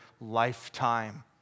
lifetime